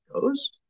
goes